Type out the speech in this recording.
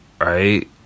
right